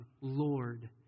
Lord